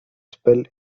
spell